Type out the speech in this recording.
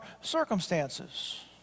circumstances